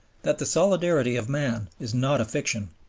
that the solidarity of man is not a fiction,